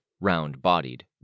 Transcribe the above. Round-bodied